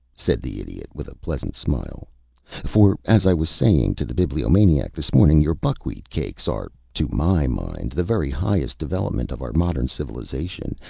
said the idiot, with a pleasant smile for, as i was saying to the bibliomaniac this morning, your buckwheat cakes are, to my mind, the very highest development of our modern civilization,